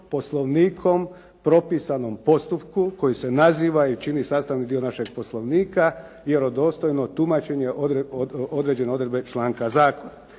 Poslovnikom propisanom postupku koji se naziva i čini sastavni dio našeg Poslovnika vjerodostojno tumačenje određene odredbe članka zakona.